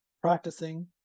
practicing